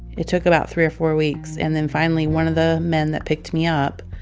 it took about three or four weeks, and then finally one of the men that picked me up,